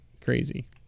crazy